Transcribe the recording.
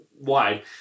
wide